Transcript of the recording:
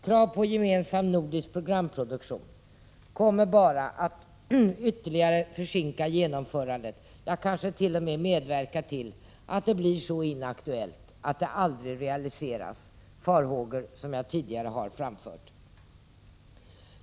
Krav på gemensam nordisk programproduktion kommer att inte bara ytterligare försinka genomförandet utan kanske tt.o.m. medverka till att det blir så inaktuellt att det aldrig realiseras — farhågor som jag tidigare har framfört.